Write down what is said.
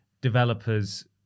developers